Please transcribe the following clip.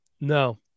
no